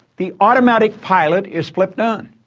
the automatic pilot is flipped on.